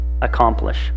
accomplish